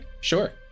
Sure